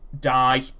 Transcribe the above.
die